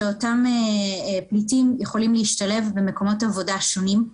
שאותם פליטים יכולים להשתלב במקומות עבודה שונים.